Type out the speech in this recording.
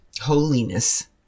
holiness